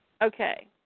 Okay